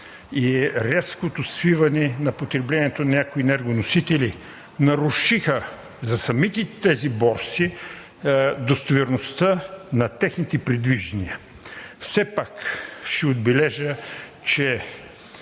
и рязкото свиване на потреблението на някои енергоносители нарушиха за самите тези борси достоверността на техните предвиждания. Все пак ще отбележа, че